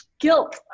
guilt